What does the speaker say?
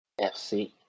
FC